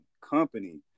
company